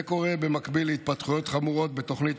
זה קורה במקביל להתפתחויות חמורות בתוכנית